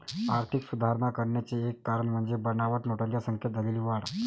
आर्थिक सुधारणा करण्याचे एक कारण म्हणजे बनावट नोटांच्या संख्येत झालेली वाढ